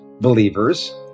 believers